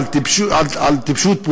על טיפשות פוליטית,